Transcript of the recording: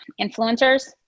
influencers